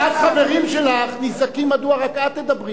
כי אז חברים שלך נזעקים, מדוע רק את תדברי.